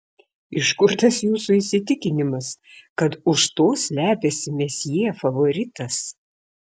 iš kur tas jūsų įsitikinimas kad už to slepiasi mesjė favoritas